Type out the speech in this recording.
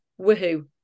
Woohoo